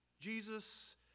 Jesus